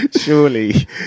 surely